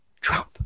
Trump